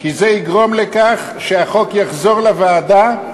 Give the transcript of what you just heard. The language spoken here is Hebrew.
כי זה יגרום לכך שהחוק יחזור לוועדה,